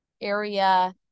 area